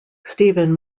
stephen